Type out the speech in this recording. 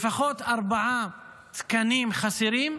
לפחות ארבעה תקנים חסרים,